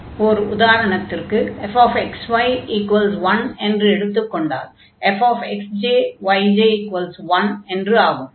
ஒர் உதாரணத்திற்கு fxy1 என்று எடுத்துக் கொண்டால் fxjyj1 என்று ஆகும்